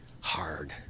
hard